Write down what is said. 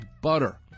butter